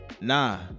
Nah